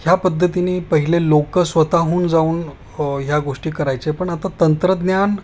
ह्या पद्धतीने पहिले लोक स्वत हून जाऊन ह्या गोष्टी करायचे पण आता तंत्रज्ञान